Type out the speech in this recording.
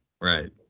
Right